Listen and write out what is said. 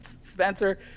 Spencer